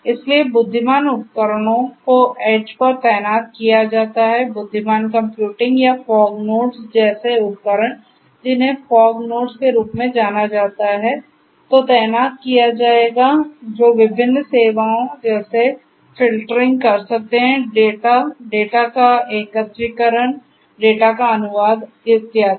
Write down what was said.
इसलिए बुद्धिमान उपकरणों को एड्ज पर तैनात किया जाता है बुद्धिमान कंप्यूटिंग या फॉग नोड्स जैसे उपकरण जिन्हें फॉग नोड्स के रूप में जाना जाता है को तैनात किया जाएगा जो विभिन्न सेवाओं जैसे फ़िल्टरिंग कर सकते हैं डेटा डेटा का एकत्रीकरण डेटा का अनुवाद आदि